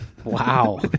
Wow